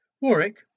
Warwick